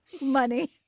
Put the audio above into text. money